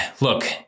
Look